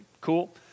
Cool